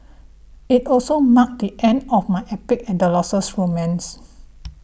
it also marked the end of my epic adolescent romance